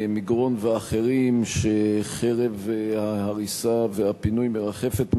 מגרון ואחרים, שחרב ההריסה והפינוי מרחפת מעליהם.